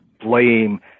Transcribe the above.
blame